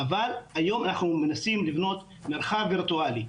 אבל היום אנחנו מנסים לבנות מרחב וירטואלי.